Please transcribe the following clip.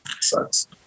sucks